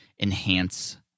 enhance